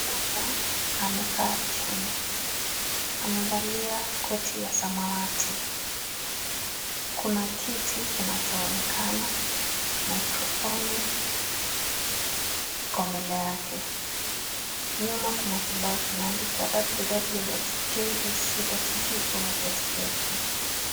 Mwanamke mmoja amekaachini amevalia koti ya samawati kuna kiti kinachoonekana maikrofoni iko mbele yake nyuma kuna kibao kimeandikwa (cs)www.jsc.go.ke(cs).